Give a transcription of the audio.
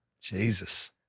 Jesus